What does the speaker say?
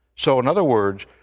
so. in other words,